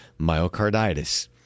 myocarditis